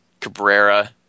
Cabrera